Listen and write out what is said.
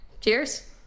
Cheers